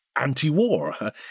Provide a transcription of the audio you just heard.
anti-war